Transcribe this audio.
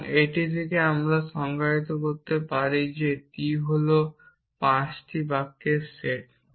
এবং এটি থেকে আমরা এই সংজ্ঞায়িত করতে পারি যে t হল 5 টি বাক্যের সেট